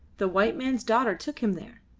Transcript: the white man's daughter took him there.